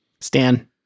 Stan